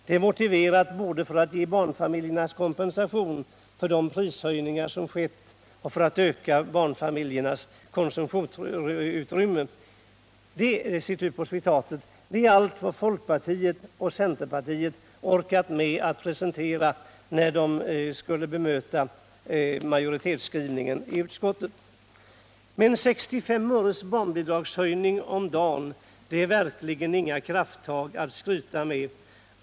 Detta är motiverat både för att ge barnfamiljerna kompensation för de prishöjningar som skett och för att öka barnfamiljernas konsumtionsutrymme.” Det är allt vad folkpartiet och centerpartiet orkat med att prestera när de skulle bemöta majoritetsskrivningen i utskottet. Men 65 öres barnbidragshöjning om dagen är verkligen inga krafttag att skryta med.